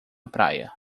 praia